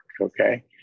okay